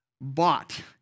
bought